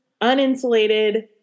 uninsulated